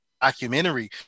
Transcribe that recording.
documentary